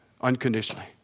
unconditionally